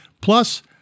Plus